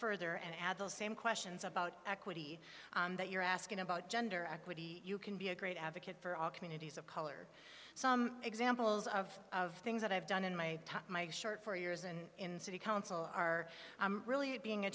further and add those same questions about equity that you're asking about gender equity you can be a great advocate for all communities of color some examples of things that i've done in my short for years and in city council are really being a